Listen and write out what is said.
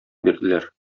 бирделәр